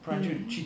correct